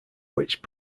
which